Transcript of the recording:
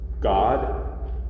God